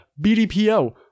BDPO